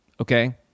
okay